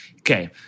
Okay